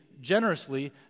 generously